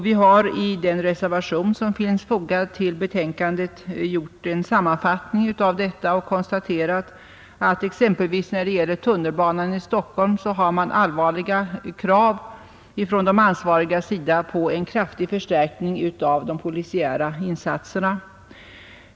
Vi har i den reservation vid denna punkt som finns fogad till betänkandet gjort en sammanfattning av detta och konstaterar, exempelvis när det gäller tunnelbanan i Stockholm, att det finns allvarliga krav från de ansvarigas sida på en kraftig förstärkning av de polisiära insatserna.